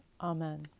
Amen